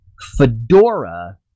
Fedora